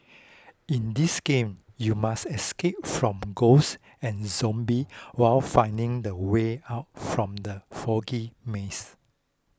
in this game you must escape from ghosts and zombie while finding the way out from the foggy maze